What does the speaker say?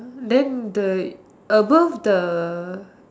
then the above the